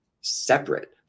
separate